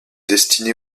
destiné